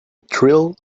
trill